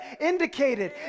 indicated